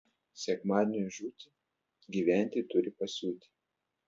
sekmadieniui žūti gyventi turi pasiūti